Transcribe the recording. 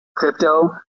crypto